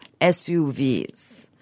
SUVs